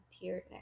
tiered